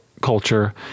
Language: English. culture